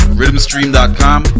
RhythmStream.com